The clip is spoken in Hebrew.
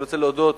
אני רוצה להודות